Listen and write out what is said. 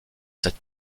cette